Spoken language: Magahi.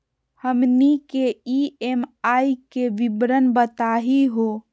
हमनी के ई.एम.आई के विवरण बताही हो?